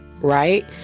right